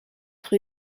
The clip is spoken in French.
rue